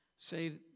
say